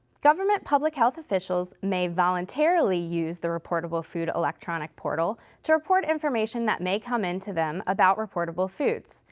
government public-health officials may voluntarily use the reportable food electronic portal to report information that may come in to them about reportable foods.